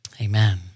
Amen